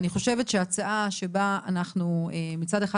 אני חושבת שהצעה שבה אנחנו מצד אחד